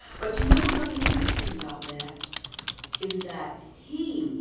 but you know, something interesting about that is that he